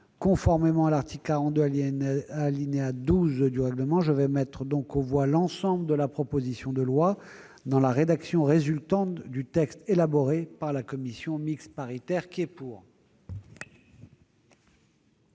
Conformément à l'article 42, alinéa 12, du règlement, je vais mettre aux voix l'ensemble du projet de loi dans la rédaction résultant du texte élaboré par la commission mixte paritaire. Personne